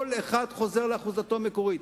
כל אחד חוזר לאחוזתו המקורית.